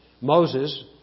Moses